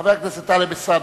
חבר הכנסת טלב אלסאנע.